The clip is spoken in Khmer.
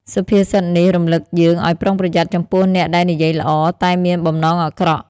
សុភាសិតនេះរំឭកយើងឱ្យប្រុងប្រយ័ត្នចំពោះអ្នកដែលនិយាយល្អ តែមានបំណងអាក្រក់។